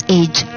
age